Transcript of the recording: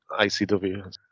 icw